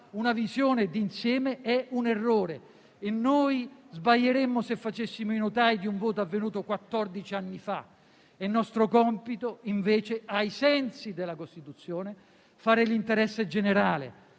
una visione di insieme, è un errore e noi sbaglieremmo se facessimo i notai di un voto avvenuto quattordici anni fa. È nostro compito invece, ai sensi della Costituzione, fare l'interesse generale